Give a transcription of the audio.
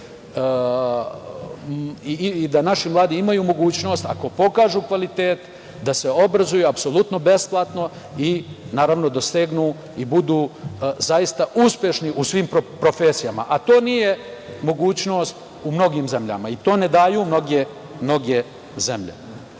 i da naši mladi imaju mogućnost, ako pokažu kvalitet, da se obrazuju apsolutno besplatno i naravno dosegnu i budu zaista uspešni u svim profesijama, a to nije mogućnost u mnogim zemljama i to ne daju mnoge zemlje. Mnogi